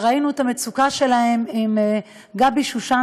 וראינו את המצוקה שלהם עם גבי שושן,